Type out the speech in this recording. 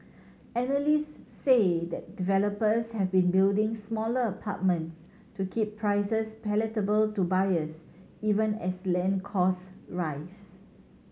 analysts say developers have been building smaller apartments to keep prices palatable to buyers even as land cost rise